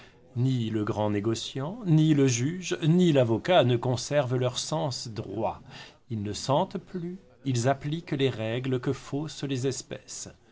ni le grand négociant ni le juge ni l'avocat ne conservent leur sens droit ils ne sentent plus ils appliquent les règles que faussent les espèces